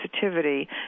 sensitivity